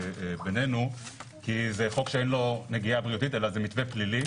בינינו כי זה חוק שאין לו נגיעה בריאותית אלא מתווה פלילי